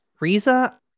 Riza